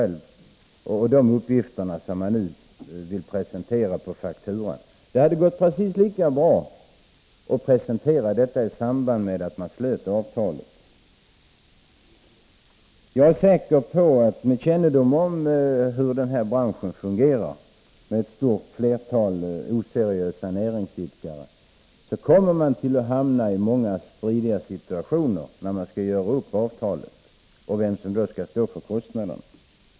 Med andra ord skall alla de uppgifter som presenteras på fakturan redovisas i samband med att avtalet sluts. Med god kännedom om hur den här branschen fungerar, med ett stort antal oseriösa näringsidkare, är jag säker på att man hamnar i många stridiga situationer, där man inte vet vem som skall stå för kostnaderna. Herr talman!